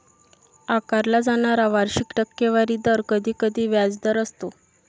आकारला जाणारा वार्षिक टक्केवारी दर कधीकधी व्याजदर असतो